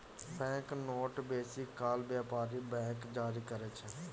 bank note बेसी काल बेपारिक बैंक जारी करय छै